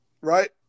right